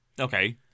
Okay